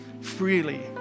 freely